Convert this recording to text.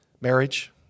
Marriage